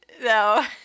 no